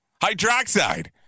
hydroxide